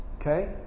Okay